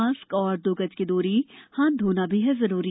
mask और दो गज की दूरी हाथ धोना भी है जरुरी